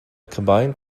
combined